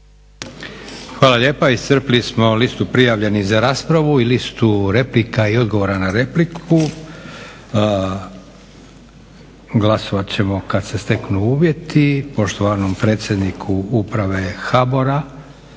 Hvala lijepa. Iscrpili smo listu prijavljenih za raspravu i listu replika i odgovora na repliku. Glasovat ćemo kad se steknu uvjeti. Poštovanom predsjedniku uprave HBOR-a